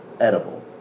edible